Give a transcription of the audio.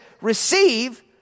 receive